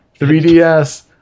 3DS